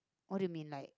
what do you mean like